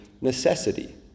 necessity